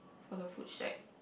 for the food shack